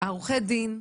עורכי הדין,